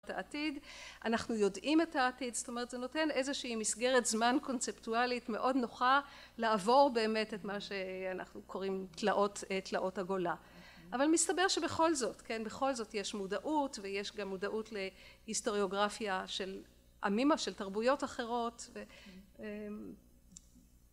את העתיד, אנחנו יודעים את העתיד, זאת אומרת זה נותן איזושהי מסגרת זמן קונספטואלית מאוד נוחה לעבור באמת את מה שאנחנו קוראים תלאות... "תלאות הגולה". אבל מסתבר שבכל זאת, כן, בכל זאת יש מודעות, ויש גם מודעות להיסטוריוגרפיה של עמים א... של תרבויות אחרות